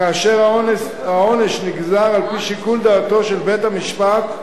כאשר העונש נגזר על-פי שיקול דעתו של בית-המשפט,